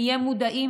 נהיה יותר מודעים.